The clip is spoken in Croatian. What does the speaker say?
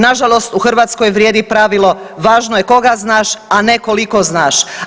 Na žalost u Hrvatskoj vrijedi pravilo važno je koga znaš, a ne koliko znaš.